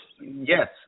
Yes